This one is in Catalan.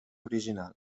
original